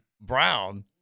Brown